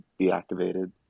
deactivated